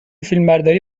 فیلمبرداری